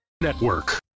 Network